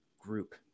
group